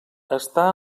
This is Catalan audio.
estar